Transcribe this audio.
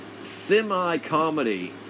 semi-comedy